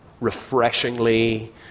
refreshingly